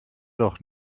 doch